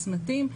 הצמתים,